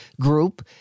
group